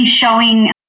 showing